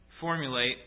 formulate